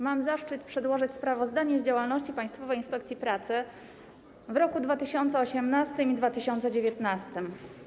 Mam zaszczyt przedłożyć sprawozdania z działalności Państwowej Inspekcji Pracy w roku 2018 i 2019.